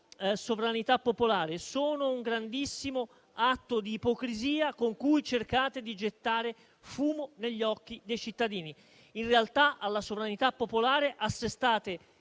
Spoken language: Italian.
sovranità popolare sono un grandissimo atto di ipocrisia con cui cercate di gettare fumo negli occhi dei cittadini. In realtà alla sovranità popolare assestate